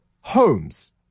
homes